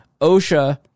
OSHA